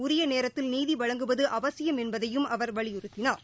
உரிய நேரத்தில் நீதி வழங்குவது அவசியம் என்பதையும் அவர் வலியுறுத்தியுள்ளார்